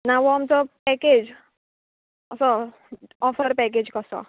ना वो आमचो पॅकेज कसो ऑफर पॅकेज कसो